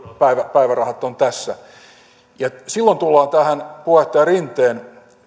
päivärahat on tässä silloin tullaan tähän puheenjohtaja rinteen